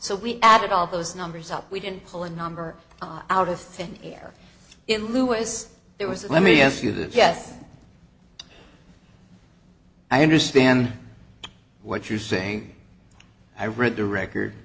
so we added all those numbers up we didn't pull a number out of thin it louis there was a let me ask you this yes i understand what you're saying i read the record